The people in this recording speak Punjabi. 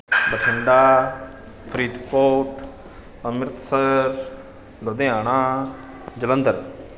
ਬਠਿੰਡਾ ਫਰੀਦਕੋਟ ਅੰਮ੍ਰਿਤਸਰ ਲੁਧਿਆਣਾ ਜਲੰਧਰ